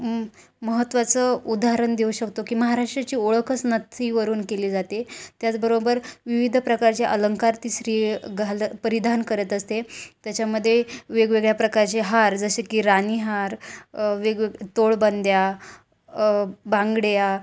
म महत्त्वाचं उदाहरण देऊ शकतो की महाराष्ट्राची ओळखच नथीवरून केली जाते त्याचबरोबर विविध प्रकारचे अलंंकार ती स्त्री घाल परिधान करत असते त्याच्यामध्ये वेगवेगळ्या प्रकारचे हार जसे की राणी हार वेगवेग तोळबंद्या बांगडया